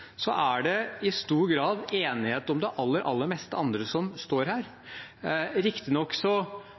er det i stor grad enighet om det aller, aller meste av det andre som står her. Riktignok